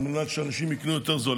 על מנת שאנשים יקנו יותר זול.